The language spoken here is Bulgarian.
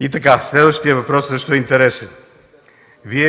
И така, следващият въпрос също е интересен.